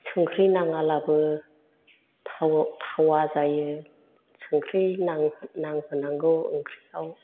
संख्रै नाङालाबो थावा जायो संख्रै नांहोनांगौ ओंख्रियाव